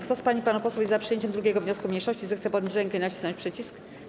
Kto z pań i panów posłów jest za przyjęciem 2. wniosku mniejszości, zechce podnieść rękę i nacisnąć przycisk.